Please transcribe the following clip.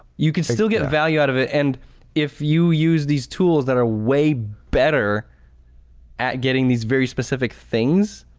you could still get value out of it. and if you use these tools that are way better at getting these very specific things,